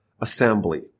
assembly